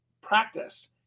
Practice